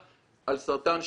על סרטן שד,